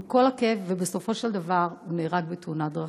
עם כל הכאב, ובסופו של דבר הוא נהרג בתאונת דרכים.